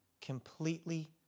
completely